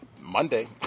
Monday